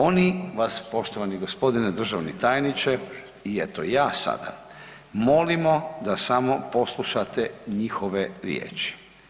Oni vas, poštovani g. državni tajniče, i eto i ja sada molimo da samo poslušate njihove riječi.